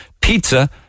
Pizza